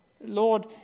Lord